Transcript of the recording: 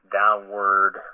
downward